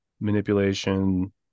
manipulation